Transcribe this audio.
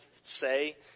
say